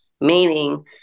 meaning